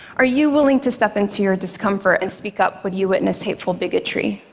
are you willing to step into your discomfort and speak up when you witness hateful bigotry?